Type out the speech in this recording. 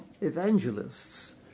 evangelists